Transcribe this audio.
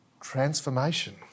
transformation